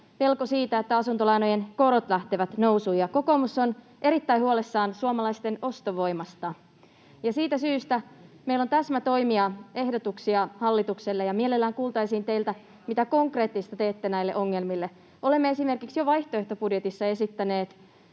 pelko siitä, että asuntolainojen korot lähtevät nousuun. Kokoomus on erittäin huolissaan suomalaisten ostovoimasta, ja siitä syystä meillä on täsmätoimia, ehdotuksia hallitukselle, ja mielellään kuultaisiin teiltä, mitä konkreettista teette näille ongelmille. Olemme esimerkiksi jo vaihtoehtobudjetissa esittäneet